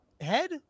head